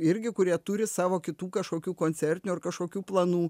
irgi kurie turi savo kitų kažkokių koncertinių ar kažkokių planų